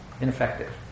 ineffective